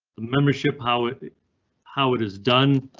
the membership, how it it how it is done.